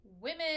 Women